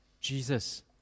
Jesus